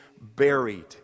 buried